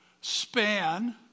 span